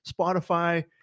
Spotify